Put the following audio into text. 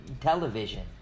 television